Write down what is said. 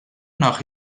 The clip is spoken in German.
nach